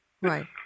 Right